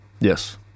Yes